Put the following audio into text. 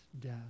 death